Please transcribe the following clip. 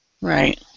right